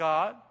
God